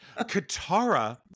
Katara